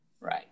Right